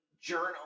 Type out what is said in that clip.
journal